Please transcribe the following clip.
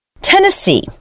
Tennessee